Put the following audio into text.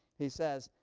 he says,